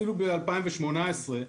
אפילו ב-2018,